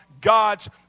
God's